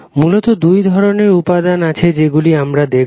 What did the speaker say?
মূলত দুই রকমের উপাদান আছে যেগুলি আমরা দেখবো